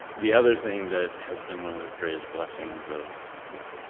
the other thing that has been one of the greatest blessings of of